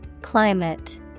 Climate